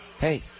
hey